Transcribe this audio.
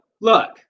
look